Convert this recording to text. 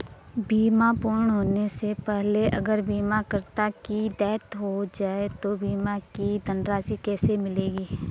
बीमा पूर्ण होने से पहले अगर बीमा करता की डेथ हो जाए तो बीमा की धनराशि किसे मिलेगी?